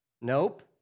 Nope